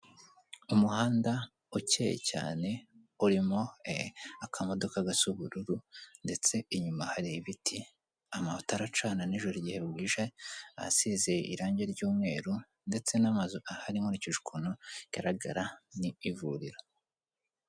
Umuhanda ukeye cyane urimo akamodoka gasa ubururu ndetse inyuma hari ibiti, amatara aracana nijoro igihe bwije, asize irangi ry'umweru ndetse n'amazu ahari nkurikije ukuntu bigaragara ni nk'ivuriro.